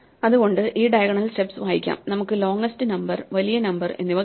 അതുകൊണ്ട് ഈ diagonal steps വായിക്കാം നമുക്ക് ലോങ്ങ്സ്റ്റ് നമ്പർ വലിയ നമ്പർ എന്നിവ കിട്ടി